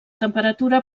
temperatura